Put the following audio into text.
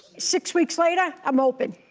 six weeks later, i'm open.